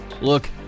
Look